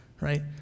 right